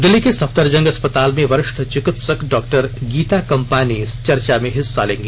दिल्ली के सफदरजंग अस्पताल में वरिष्ठ चिकित्सक डॉक्टर गीता कम्पानी इस चर्चा में हिस्सा लेंगी